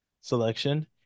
selection